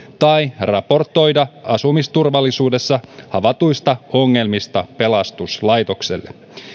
tai raportoida asumisturvallisuudessa havaituista ongelmista pelastuslaitokselle